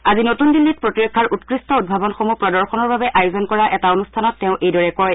আজি নতুন দিল্লীত প্ৰতিৰক্ষাৰ উৎকৃষ্ঠ উদ্ভাৱনসমূহ প্ৰদৰ্শনৰ বাবে আয়োজন কৰা এটা অনুষ্ঠানত তেওঁ এইদৰে কয়